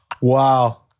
wow